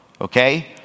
Okay